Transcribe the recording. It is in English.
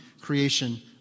creation